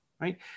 right